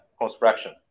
construction